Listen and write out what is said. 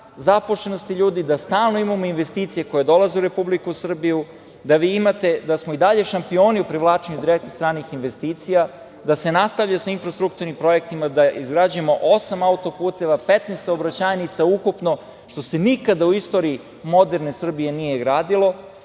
zaposlenosti ljudi, da stalno imamo investicije koje dolaze u Republiku Srbiju, da samo i dalje šampioni u privlačenju direktnih stranih investicija, da se nastavlja sa infrastrukturnim projektima, da izgrađujemo osam autoputeva, 15 saobraćajnica ukupno, što se nikada u istoriji moderne Srbije nije gradilo,